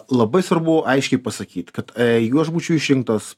labai svarbu aiškiai pasakyt kad jeigu aš būčiau išrinktas